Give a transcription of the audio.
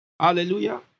Hallelujah